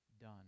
done